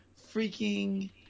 freaking